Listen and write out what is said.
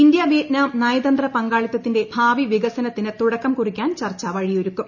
India Vietnam നയതന്ത്ര പങ്കാളിത്തത്തിന്റെ ഭാവിവികസനത്തിന് തുടക്കംകുറിക്കാൻ ചർച്ച വഴിയൊരുക്കും